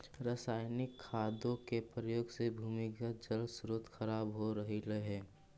रसायनिक खादों के प्रयोग से भूमिगत जल स्रोत खराब हो रहलइ हे